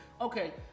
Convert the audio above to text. Okay